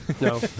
No